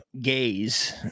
Gays